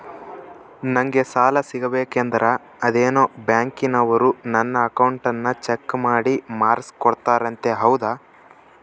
ನಂಗೆ ಸಾಲ ಸಿಗಬೇಕಂದರ ಅದೇನೋ ಬ್ಯಾಂಕನವರು ನನ್ನ ಅಕೌಂಟನ್ನ ಚೆಕ್ ಮಾಡಿ ಮಾರ್ಕ್ಸ್ ಕೋಡ್ತಾರಂತೆ ಹೌದಾ?